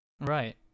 Right